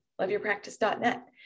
loveyourpractice.net